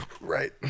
right